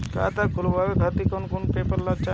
खाता खुलवाए खातिर कौन कौन पेपर चाहीं?